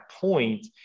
point